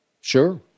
Sure